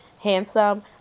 handsome